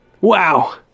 Wow